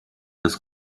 das